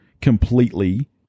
completely